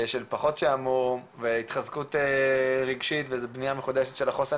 של פחות שעמום והתחזקות רגשית ובנייה מחודשת של החוסן